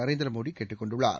நரேந்திரமோடி கேட்டுக் கொண்டுள்ளார்